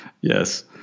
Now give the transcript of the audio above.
Yes